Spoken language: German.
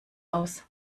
aus